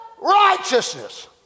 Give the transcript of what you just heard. righteousness